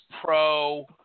pro